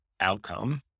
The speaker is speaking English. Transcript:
outcome